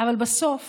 אבל בסוף